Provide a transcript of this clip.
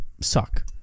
suck